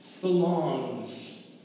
belongs